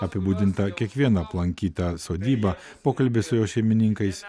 apibūdinta kiekviena aplankyta sodyba pokalbis su jos šeimininkais